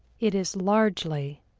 it is largely,